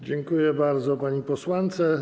Dziękuję bardzo pani posłance.